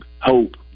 hope